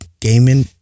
gaming